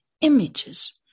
images